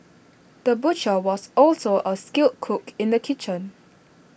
the butcher was also A skilled cook in the kitchen